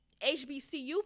HBCU